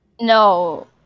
No